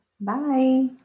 Bye